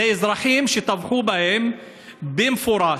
אלה אזרחים שטבחו בהם במפורש.